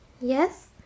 Yes